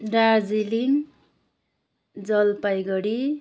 Darjeeling Jalpaiguri